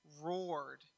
roared